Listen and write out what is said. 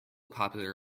popular